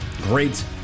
great